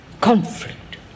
conflict